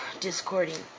discording